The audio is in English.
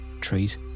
treat